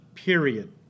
Period